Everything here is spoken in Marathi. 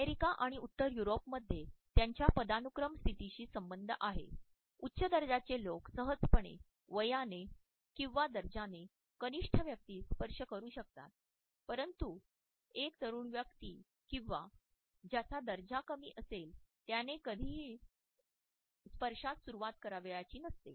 अमेरिका आणि उत्तर युरोपमध्ये त्यांच्या पदानुक्रम स्थितीशी संबंध आहे उच्च दर्जाचे लोक सहजपणे वयाने किंवा दर्जाने कनिष्ठ व्यक्तीस स्पर्श करू शकतात परंतु एक तरुण व्यक्ती किंवा एक ज्याचा दर्जा कमी असेल त्याने कधीही स्पर्शास सुरुवात करायची नसते